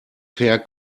per